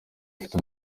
afite